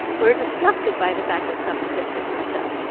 we're disgusted by the fact that some spit could touch us.